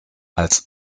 als